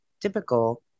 typical